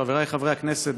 חבריי חברי הכנסת,